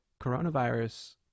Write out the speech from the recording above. coronavirus